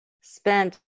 spent